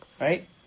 Right